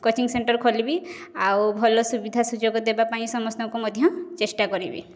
coaching centre ଖୋଲିବି ଆଉ ଭଲ ସୁବିଧା ସୁଯୋଗ ଦେବାପାଇଁ ସମସ୍ତଙ୍କୁ ମଧ୍ୟ ଚେଷ୍ଟା କରିବି